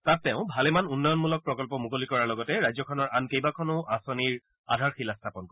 তাত তেওঁ ভালেমান উন্নয়নমূলক প্ৰকল্প মুকলি কৰাৰ লগতে ৰাজ্যখনৰ আন কেইবাখনো আঁচনিৰ আধাৰশিলা স্থাপন কৰিব